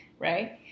right